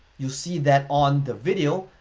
you see that on the video,